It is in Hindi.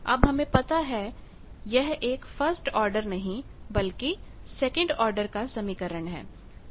अब हमें पता है कि यह एक फर्स्ट ऑर्डर नहीं बल्कि सेकंड ऑर्डर का समीकरण है